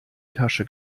tasche